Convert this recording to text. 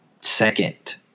second